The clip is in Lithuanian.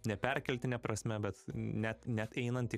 ne perkeltine prasme bet net net einant į